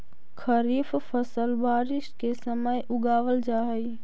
खरीफ फसल बारिश के समय उगावल जा हइ